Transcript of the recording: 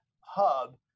hub